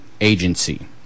agency